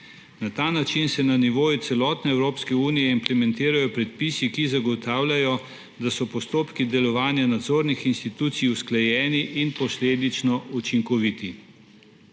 Na ta način se na nivoju celotne Evropske unije implementirajo predpisi, ki zagotavljajo, da so postopki delovanja nadzornih institucij usklajeni in posledično učinkoviti.